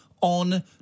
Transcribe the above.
on